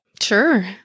Sure